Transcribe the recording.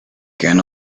can